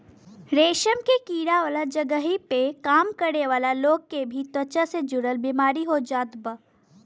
रेशम के कीड़ा वाला जगही पे काम करे वाला लोग के भी त्वचा से जुड़ल बेमारी हो जात बा